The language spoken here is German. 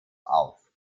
auf